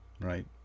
Right